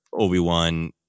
Obi-Wan